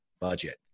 budget